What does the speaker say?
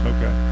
Okay